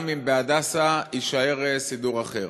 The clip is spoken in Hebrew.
גם אם בהדסה יישאר סידור אחר.